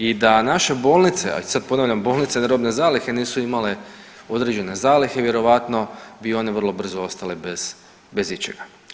I da naše bolnice, a sad ponavljam bolnice ni robne zalihe nisu imale određene zalihe vjerojatno bi one vrlo brzo ostale bez ičega.